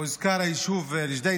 לפני כמה ימים הוזכר היישוב ג'דיידה-מכר